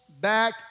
back